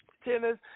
Tennis